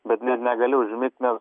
bet net negali užmigt nes